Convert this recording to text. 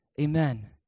Amen